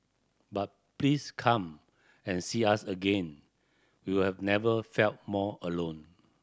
but please come and see us again we will never felt more alone